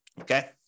Okay